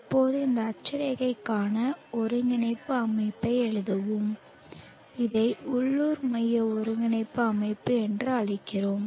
இப்போது இந்த அட்சரேகைக்கான ஒருங்கிணைப்பு அமைப்பை எழுதுவோம் இதை உள்ளூர் மைய ஒருங்கிணைப்பு அமைப்பு என்று அழைக்கிறோம்